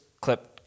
clip